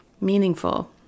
meaningful